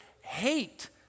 hate